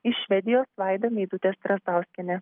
iš švedijos vaida meidutė strazdauskienė